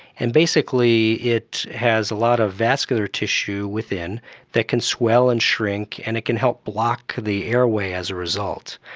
and basically it has a lot of vascular tissue within that can swell and shrink and it can help block the airway as a result.